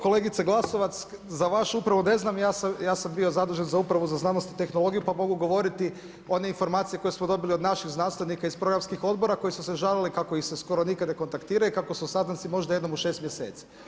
Kolegice Glasovac, za vašu upravu ne znam ja sam bio zadužen za upravu za znanost i tehnologiju pa mogu one informacije koje smo dobili od naših znanstvenika iz programskih odbora koji su se žalili kako ih se skoro nikada ne kontaktira i kak su sastanci možda jednom u 6 mjeseci.